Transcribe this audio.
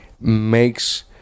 makes